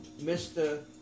Mr